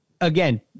again